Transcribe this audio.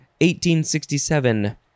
1867